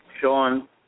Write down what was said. Sean